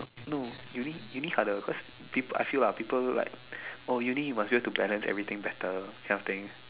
no uni uni harder because people I feel lah people like oh uni you must be able to balance everything better kind of thing